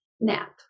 nap